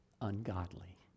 ungodly